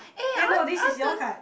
eh no this is your card